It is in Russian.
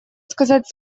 сказать